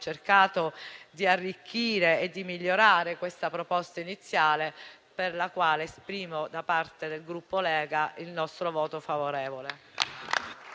cercato di arricchire e di migliorare questa proposta iniziale, sulla quale esprimo, da parte del Gruppo Lega, il voto favorevole.